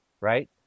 Right